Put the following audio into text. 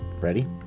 Ready